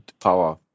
power